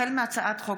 החל בהצעת חוק